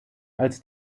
als